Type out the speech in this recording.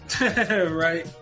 right